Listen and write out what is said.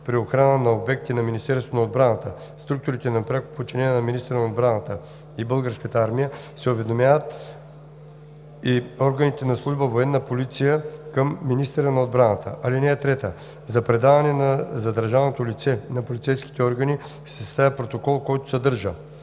При охрана на обекти на Министерството на отбраната, структурите на пряко подчинение на министъра на отбраната и Българската армия се уведомяват и органите на Служба „Военна полиция” към министъра на отбраната. (3) За предаване на задържаното лице на полицейските органи се съставя протокол, който съдържа: